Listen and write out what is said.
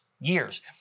years